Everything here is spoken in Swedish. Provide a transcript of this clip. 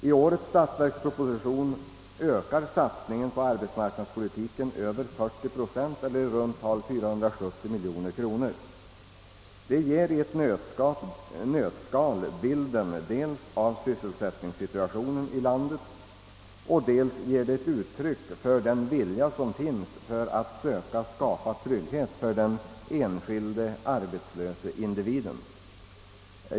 I årets statsverksproposition ökas satsningen på arbetsmarknadspolitiska Stgärder med över 40 procent eller i junt tal 470 miljoner kronor. Denna ökning ger dels i ett nötskal bilden av sysselsättningsläget i landet och dels ett uttryck för den vilja som finns att försöka skapa trygghet för den enskilde arbetslöse individen.